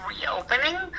reopening